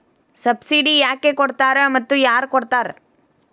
Subsidy ಯಾಕೆ ಕೊಡ್ತಾರ ಮತ್ತು ಯಾರ್ ಕೊಡ್ತಾರ್?